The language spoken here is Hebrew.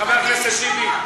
חבר הכנסת טיבי,